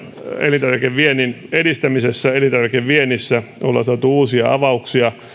elintarvikeviennin edistämisessä elintarvikeviennissä ollaan saatu uusia avauksia